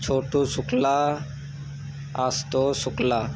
Chhotu Shukla Ashutosh Shukla